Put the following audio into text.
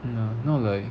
ya not like